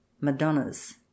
madonna's